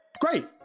great